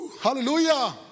Hallelujah